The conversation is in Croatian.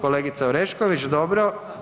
Kolegica Orešković, dobro.